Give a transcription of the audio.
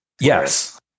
Yes